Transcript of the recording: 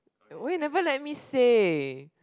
why you never let me say